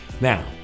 Now